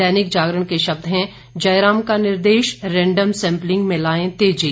दैनिक जागरण के शब्द हैं जयराम का निर्देश रैंडम सैंपलिंग में लाएं तेजी